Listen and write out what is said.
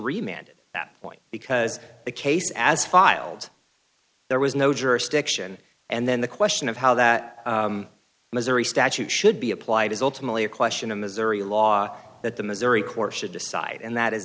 remain at that point because the case as filed there was no jurisdiction and then the question of how that missouri statute should be applied is ultimately a question of missouri law that the missouri court should decide and that is